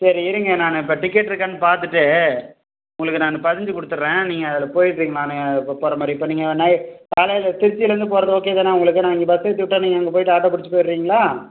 சரி இருங்கள் நான் இப்போ டிக்கெட் இருக்கான்னு பார்த்துட்டு உங்களுக்கு நான் பதிஞ்சு கொடுத்துர்றேன் நீங்கள் அதில் போய்ட்றீங்களா நான் இப்போ போகிற மாதிரி இப்போ நீங்கள் நைட் காலையில் திருச்சிலேயிருந்து போகிறதும் ஓகே தானே உங்களுக்கு நான் இங்கே பஸ் ஏற்றிவிட்டா நீங்கள் அங்கே போய்ட்டு ஆட்டோ பிடிச்சி போய்ட்றீங்களா